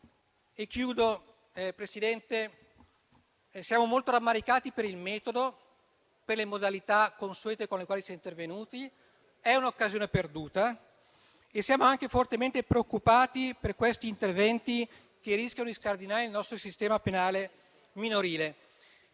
conclusione, Presidente, noi siamo molto rammaricati per il metodo e le modalità consuete con le quali si è intervenuti. È un'occasione perduta e siamo anche fortemente preoccupati per questi interventi che rischiano di scardinare il nostro sistema penale minorile.